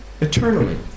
eternally